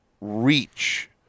reach